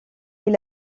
est